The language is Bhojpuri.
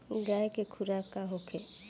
गाय के खुराक का होखे?